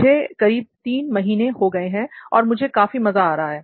मुझे करीब 3 महीने हो गए हैं और मुझे काफी मजा आ रहा है